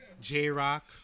J-Rock